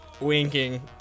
winking